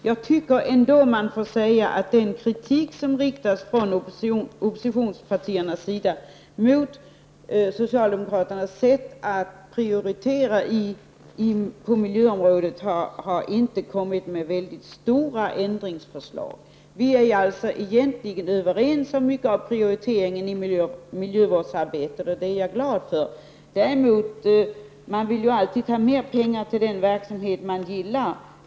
Jag tycker ändå att man får säga att den kritik som riktas från oppositionspartiernas sida mot socialdemokraternas sätt att prioritera på miljöområdet är litet obefogad. Man har inte kommit med väldigt stora ändringsförslag. Vi är alltså egentligen överens om mycket av prioriteringen i miljövårdsarbetet, och det är jag glad för. Däremot vill man ju alltid ha mer pengar till den verksamhet som man gillar.